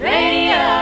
Radio